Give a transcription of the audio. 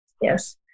Yes